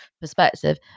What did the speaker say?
perspective